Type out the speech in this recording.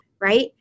Right